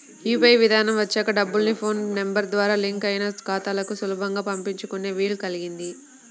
UPI విధానం వచ్చాక డబ్బుల్ని ఫోన్ నెంబర్ ద్వారా లింక్ అయిన ఖాతాలకు సులభంగా పంపించుకునే వీలు కల్గింది